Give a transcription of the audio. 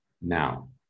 Now